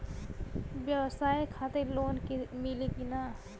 ब्यवसाय खातिर लोन मिली कि ना?